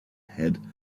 head